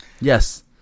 Yes